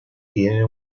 tiene